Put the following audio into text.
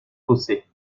fossé